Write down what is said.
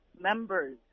members